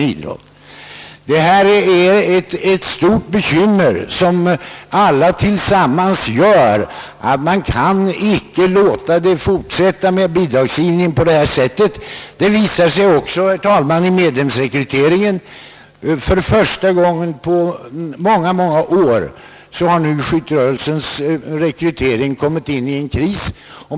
Alla dessa bekymmer gör att man icke kan låta det fortsätta med bidragsgivningen på det här sättet. Det visar sig också, herr talman, i medlemsrekryteringen. För första gången på många, många år har nu skytterörelsens rekrytering kommit in i en kris.